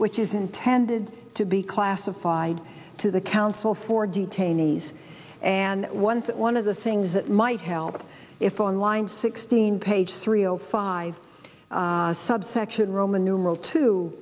which is intended to be classified to the counsel for detainees and once that one of the things that might but if on line sixteen page three o five subsection roman numeral t